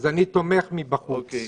אז אני תומך מבחוץ.